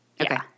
Okay